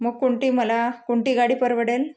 मग कोणती मला कोणती गाडी परवडेल